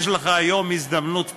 יש לך היום הזדמנות פז.